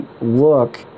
look